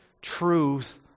truth